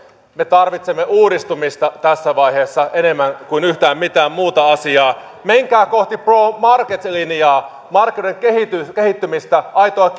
me tarvitsemme uudistumista tässä vaiheessa enemmän kuin yhtään mitään muuta asiaa menkää kohti pro market linjaa markkinoiden kehittymistä kehittymistä aitoa